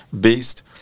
based